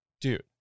dude